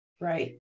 Right